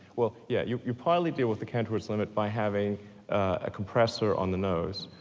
well, yeah. you'll you'll probably deal with the cantor's limit by having a compressor on the nose,